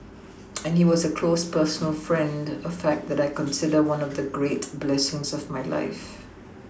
and he was a close personal friend a fact that I consider one of the great blessings of my life